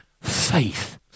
faith